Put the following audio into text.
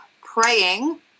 praying